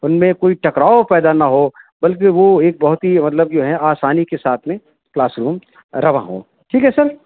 ان میں کوئی ٹکراؤ پیدا نہ ہو بلکہ وہ ایک بہت ہی مطلب جو ہیں آسانی کے ساتھ میں کلاس روم رواں ہو ٹھیک ہے سر